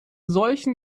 solchen